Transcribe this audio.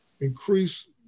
increase